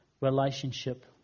relationship